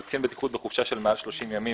אבל קצין בטיחות בחופשה של למעלה מ-30 ימים